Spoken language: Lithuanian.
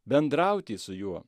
bendrauti su juo